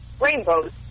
rainbows